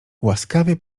łaskawie